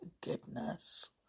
goodness